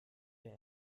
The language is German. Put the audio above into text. der